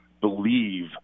believe